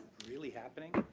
really happening?